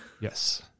Yes